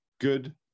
good